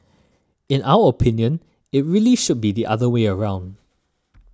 in our opinion it really should be the other way round